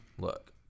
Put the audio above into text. look